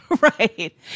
Right